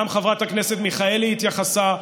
גם חברת הכנסת מיכאלי התייחסה,